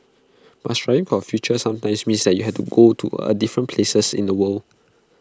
but striving for A future sometimes means that you will have to go to A different places in the world